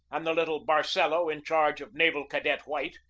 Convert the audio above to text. and the little barcelo, in charge of naval cadet white,